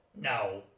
No